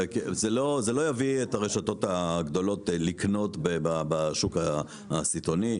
זה לא יביא את הרשתות הגדולות לקנות בשוק הסיטונאי.